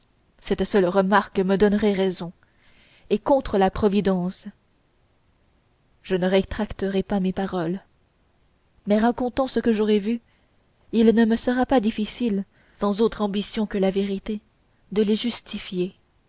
et contre la providence je ne rétracterai pas mes paroles mais racontant ce que j'aurai vu il ne me sera pas difficile sans autre ambition que la vérité de les justifier